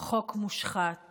חוק מושחת